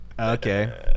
Okay